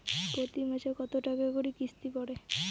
প্রতি মাসে কতো টাকা করি কিস্তি পরে?